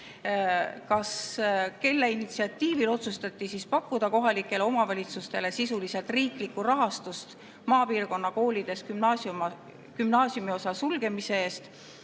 Kelle initsiatiivil otsustati pakkuda kohalikele omavalitsustele sisuliselt riiklikku rahastust maapiirkonna koolides gümnaasiumiosa sulgemise eest?